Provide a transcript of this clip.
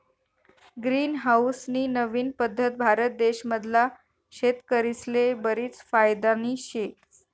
green house नी नवीन पद्धत भारत देश मधला शेतकरीस्ले बरीच फायदानी शे